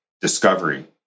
discovery